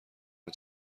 این